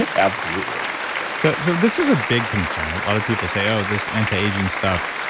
and absolutely so so, this is a big concern. a lot of people say, oh, this anti-aging stuff,